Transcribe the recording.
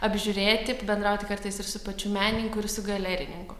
apžiūrėti bendrauti kartais ir su pačiu menininku ir su galerininku